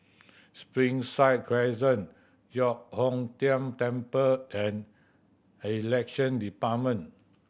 Springside Crescent Giok Hong Tian Temple and Election Department